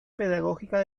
pedagógica